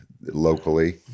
locally